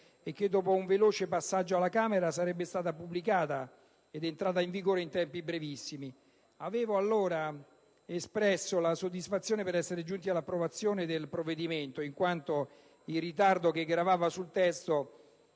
e che, dopo un veloce passaggio alla Camera, sarebbe stata pubblicata ed entrata in vigore in tempi brevissimi. Avevo allora espresso la soddisfazione per essere giunti all'approvazione del provvedimento, in quanto il ritardo che gravava sul testo,